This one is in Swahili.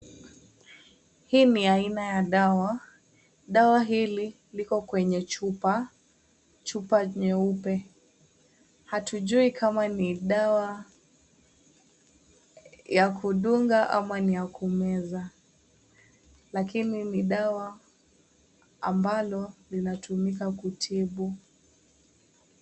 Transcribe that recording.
Hii ni aina ya dawa. Dawa hili, liko kwenye chupa. Chupa nyeupe. Hatujui kama ni dawa ya kudunga ama ni ya kumeza, lakini ni dawa ambalo linatumika kutibu.